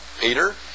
Peter